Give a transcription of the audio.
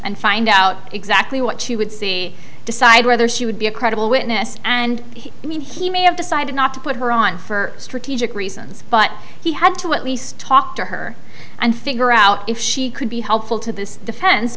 and find out exactly what she would see decide whether she would be a credible witness and he i mean he may have decided not to put her on for strategic reasons but he had to at least talk to her and figure out if she could be helpful to this defen